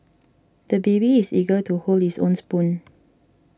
the baby is eager to hold his own spoon